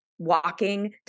Walking